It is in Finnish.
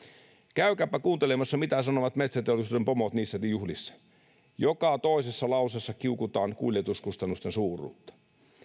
käykääpä kuuntelemassa mitä sanovat metsäteollisuuden pomot niissä juhlissa joka toisessa lauseessa kiukutaan kuljetuskustannusten suuruutta